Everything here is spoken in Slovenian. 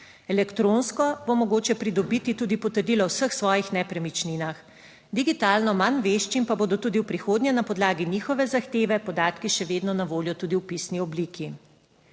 Elektronsko bo mogoče pridobiti tudi potrdilo o vseh svojih nepremičninah. Digitalno manj veščim pa bodo tudi v prihodnje na podlagi njihove zahteve podatki še vedno na voljo tudi v pisni obliki.